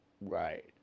Right